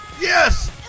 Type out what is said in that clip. Yes